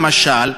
למשל,